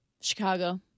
Chicago